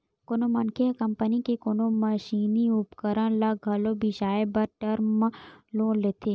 कोनो मनखे ह कंपनी के कोनो मसीनी उपकरन ल घलो बिसाए बर टर्म लोन लेथे